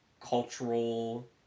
cultural